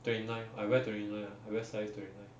twenty nine I wear twenty nine ah I wear size twenty nine